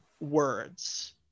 words